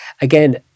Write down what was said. again